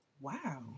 Wow